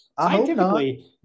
scientifically